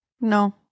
No